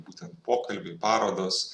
būtent pokalbiai parodos